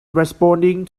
responding